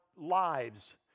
lives